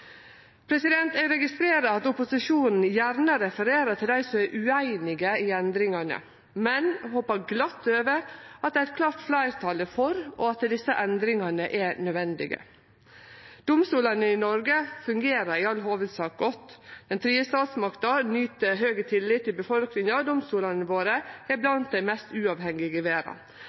Eg registrerer at opposisjonen gjerne refererer til dei som er ueinige i endringane, men glatt hoppar over at eit klart fleirtal er for, og at desse endringane er nødvendige. Domstolane i Noreg fungerer i all hovudsak godt, den tredje statsmakta nyt høg tillit i befolkninga, og domstolane våre er blant dei mest uavhengige i verda.